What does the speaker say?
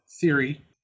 theory